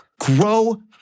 Grow